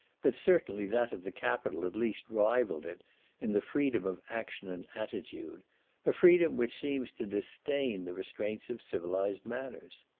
but certainly that of the capital at least rivalled it in the freedom of action and attitude a freedom which seems to disdain the restraints of civilized manners.